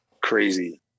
crazy